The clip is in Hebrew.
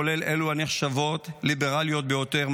כולל אלו הנחשבות ליברליות ביותר,